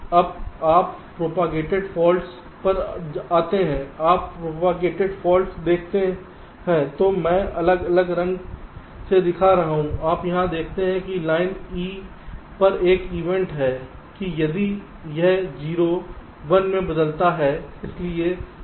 अब आप propagated fault पर आते हैं आप प्रोपागेटड फाल्ट देखते हैं जो मैं अलग अलग रंग से दिखा रहा हूँ आप यहाँ देखते हैं कि लाइन E पर एक इवेंट है कि यदि यह 0 1 में बदलता है